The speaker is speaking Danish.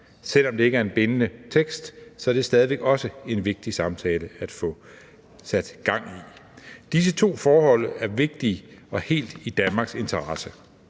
Selv om det ikke er en bindende tekst, er det stadig væk også en vigtig samtale at få sat gang i. Disse to forhold er vigtige og helt i Danmarks interesse.